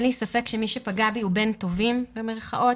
אין לי ספק שמי שפגע בי הוא בן טובים, במירכאות.